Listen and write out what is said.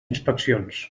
inspeccions